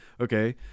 Okay